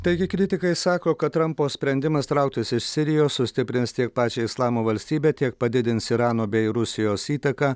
taigi kritikai sako kad trampo sprendimas trauktis iš sirijos sustiprins tiek pačią islamo valstybę tiek padidins irano bei rusijos įtaką